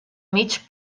mig